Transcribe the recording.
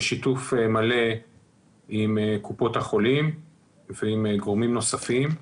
בשיתוף מלא עם קופות החולים ועם גורמים נוספים.